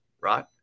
right